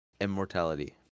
immortality